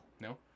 No